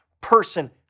person